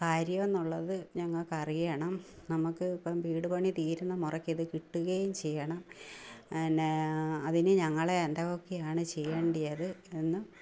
കാര്യമെന്നുള്ളത് ഞങ്ങൾക്കറിയണം നമുക്ക് ഇപ്പം വീടു പണി തീരുന്ന മുറയ്ക്ക് ഇതു കിട്ടുകയും ചെയ്യണം പിന്നെ അതിനു ഞങ്ങൾ എന്തൊക്കെയാണ് ചെയ്യേണ്ടിയത് എന്ന്